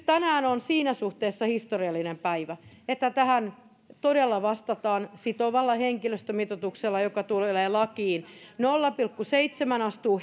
tänään on siinä suhteessa historiallinen päivä että tähän todella vastataan sitovalla henkilöstömitoituksella joka tulee lakiin nolla pilkku seitsemän astuu